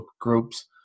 groups